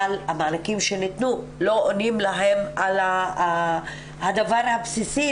שהמענקים שניתנו לא עונים להן על הדבר הבסיסי,